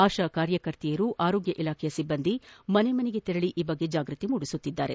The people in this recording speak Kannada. ಆಶಾ ಕಾರ್ಯಕರ್ತೆಯರು ಆರೋಗ್ಯ ಇಲಾಖೆಯ ಸಿಬ್ಲಂದಿ ಮನೆ ಮನೆಗೆ ತೆರಳಿ ಈ ಬಗ್ಗೆ ಜಾಗೃತಿ ಮೂಡಿಸುತ್ತಿದ್ದಾರೆ